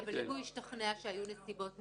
אם הוא השתכנע שהיו נסיבות מוצדקות,